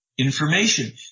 Information